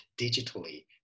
digitally